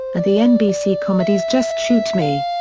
and the nbc comedies just shoot me!